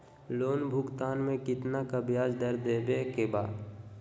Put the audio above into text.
Loan भुगतान में कितना का ब्याज दर देवें के बा?